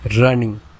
running